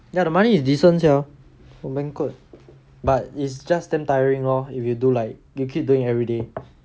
ya the money is decent sia banquet but it's just damn tiring lor if you do like you keep doing every day